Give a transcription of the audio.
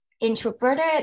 introverted